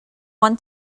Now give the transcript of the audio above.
want